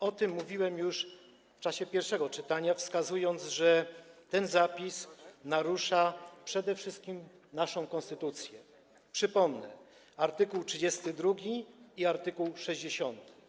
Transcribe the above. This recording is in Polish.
O tym mówiłem już w czasie pierwszego czytania, wskazując, że ten zapis narusza przede wszystkim naszą konstytucję, przypomnę, art. 32 i art. 60.